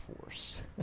Force